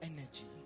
Energy